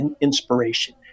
inspiration